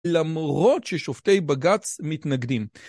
למרות ששופטי בג"ץ מתנגדים.